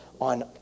on